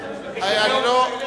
ליועץ המשפטי.